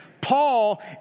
Paul